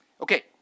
Okay